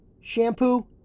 Shampoo